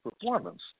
performance